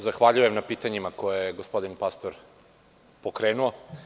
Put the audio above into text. Zahvaljujem na pitanjima koja je gospodin Pastor pokrenuo.